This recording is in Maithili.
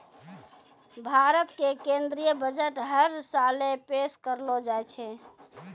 भारत के केन्द्रीय बजट हर साले पेश करलो जाय छै